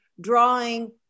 drawing